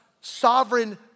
sovereign